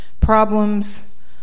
problems